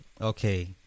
Okay